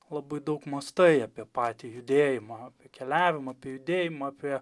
labai daug mąstai apie patį judėjimą keliavimą apie judėjimą apie